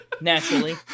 Naturally